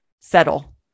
settle